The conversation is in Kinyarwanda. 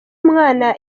umwana